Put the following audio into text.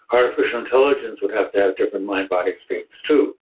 artificial intelligence would have to have different mind-body states to.